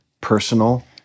personal